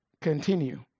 continue